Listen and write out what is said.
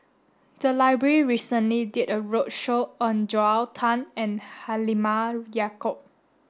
the library recently did a roadshow on Joel Tan and Halimah Yacob